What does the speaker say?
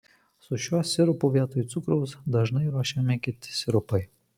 su šiuo sirupu vietoj cukraus dažnai ruošiami kiti sirupai